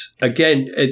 again